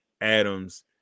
Adams